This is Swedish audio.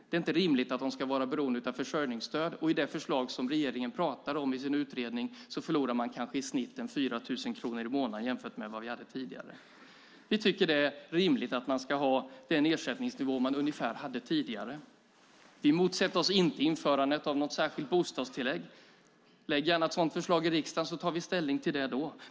Det är inte rimligt att de ska vara beroende av försörjningsstöd. I det förslag som regeringen talar om i sin utredning förlorar man kanske i snitt 4 000 kronor i månaden jämfört med vad vi hade tidigare. Vi tycker att det är rimligt att man ska ha ungefär den ersättningsnivå man hade tidigare. Vi motsätter oss inte införandet av ett särskilt bostadstillägg. Lägg gärna fram ett sådant förslag i riksdagen, så tar vi ställning till det.